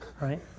right